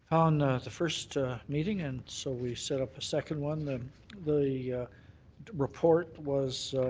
on the first meeting and so we set up a second one. the the report was